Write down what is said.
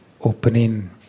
opening